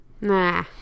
Nah